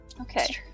Okay